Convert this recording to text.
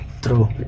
true